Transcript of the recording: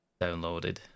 downloaded